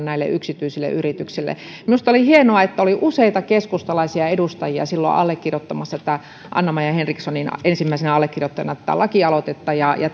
näille yksityisille yrityksille minusta oli hienoa että oli useita keskustalaisia edustajia silloin allekirjoittamassa tätä anna maja henrikssonin ensimmäisenä allekirjoittamaa lakialoitetta ja ja